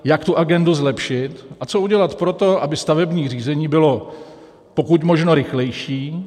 Jak tu agendu zlepšit a co udělat pro to, aby stavební řízení bylo pokud možno rychlejší.